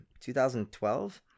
2012